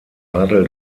adel